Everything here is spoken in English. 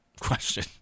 question